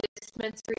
dispensary